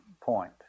point